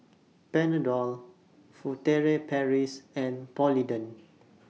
Panadol Furtere Paris and Polident